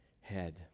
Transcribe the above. head